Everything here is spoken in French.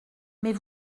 mais